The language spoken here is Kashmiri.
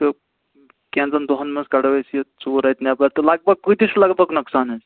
تہٕ کینٛژھن دۄہَن منٛز کَڑو أسۍ یہِ ژوٗر اَتہِ نٮ۪بَر تہٕ لگ بگ کۭتِس چھُ لگ بگ نۄقصان حظ